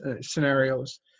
scenarios